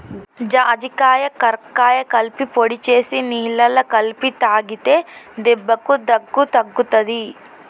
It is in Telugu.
జాజికాయ కరక్కాయ కలిపి పొడి చేసి నీళ్లల్ల కలిపి తాగితే దెబ్బకు దగ్గు తగ్గుతది